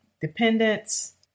dependents